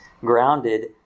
grounded